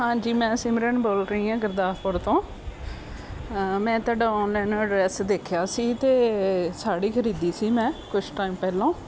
ਹਾਂਜੀ ਮੈਂ ਸਿਮਰਨ ਬੋਲ ਰਹੀ ਹਾਂ ਗੁਰਦਾਸਪੁਰ ਤੋਂ ਮੈਂ ਤੁਹਾਡਾ ਆਨਲਾਈਨ ਐਡਰੈਸ ਦੇਖਿਆ ਸੀ ਅਤੇ ਸਾੜੀ ਖਰੀਦੀ ਸੀ ਮੈਂ ਕੁਛ ਟਾਈਮ ਪਹਿਲਾਂ